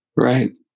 right